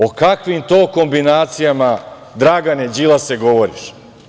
O kakvim to kombinacijama, Dragane Đilase govoriš?